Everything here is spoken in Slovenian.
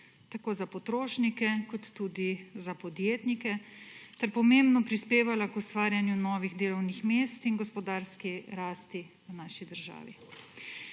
tako za potrošnike, kot tudi za podjetnike, ter pomembno prispevala k ustvarjanju novih delovnih mest in gospodarske rasti v naši državi.